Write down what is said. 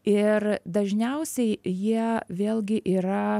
ir dažniausiai jie vėlgi yra